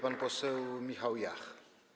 Pan poseł Michał Jach.